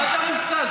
מה אתה מופתע?